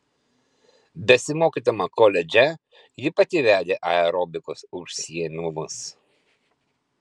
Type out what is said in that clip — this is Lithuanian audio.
besimokydama koledže ji pati vedė aerobikos užsiėmimus